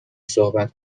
صحبت